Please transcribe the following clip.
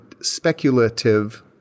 speculative